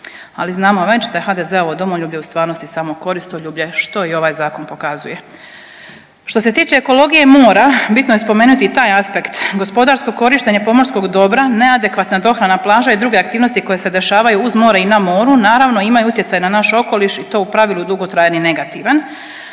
Ali znamo već da HDZ-ovo domoljublje u stvarnosti samo koristoljublje, što i ovaj Zakon pokazuje. Što se tiče ekologije i mora, bitno je spomenuti i taj aspekt. Gospodarsko korištenje pomorskog dobra, neadekvatna dohrana plaža i druge aktivnosti koje se dešavaju uz more i na moru, naravno, imaju utjecaj na naš okoliš i to u pravilu dugotrajan i negativan,